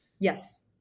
Yes